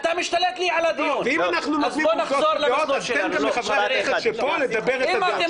אז תן גם לחברי הכנסת --- אם אתם